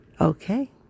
Okay